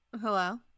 Hello